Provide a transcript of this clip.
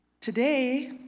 today